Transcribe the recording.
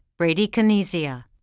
bradykinesia